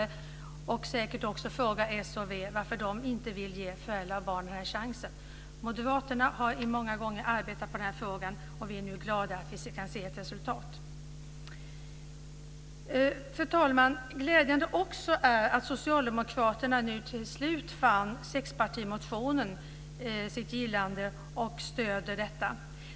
Han kommer säkert också att fråga s och v varför de inte vill ge föräldrar och barn denna chans. Moderaterna har arbetat länge med denna fråga, och vi är nu glada att vi kan se ett resultat. Fru talman! Glädjande är också att socialdemokraterna till slut gav sexpartimotionen sitt gillande och att de stöder denna.